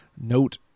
Note